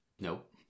Nope